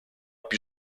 più